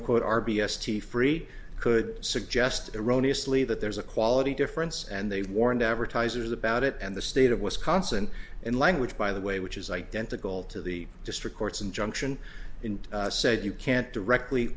in quote r b s t free could suggest eroni asli that there's a quality difference and they warned advertisers about it and the state of wisconsin in language by the way which is identical to the district court's injunction said you can't directly